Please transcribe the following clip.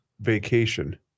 Vacation